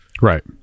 right